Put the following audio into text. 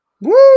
Woo